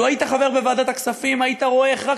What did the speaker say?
לו היית חבר בוועדת הכספים היית רואה איך רק